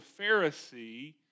Pharisee